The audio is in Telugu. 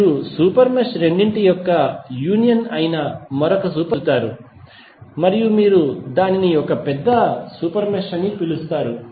మీరు సూపర్ మెష్ రెండింటి యొక్క యూనియన్ అయిన మరొక సూపర్ మెష్ ను పొందుతారు మరియు మీరు దానిని పెద్ద సూపర్ మెష్ అని పిలుస్తారు